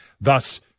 thus